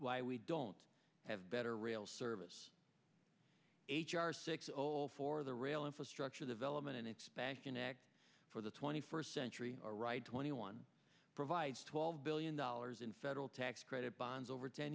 why we don't have better rail service h r six toll for the rail infrastructure development and expansion act for the twenty first century or right twenty one provides twelve billion dollars in federal tax credit bonds over ten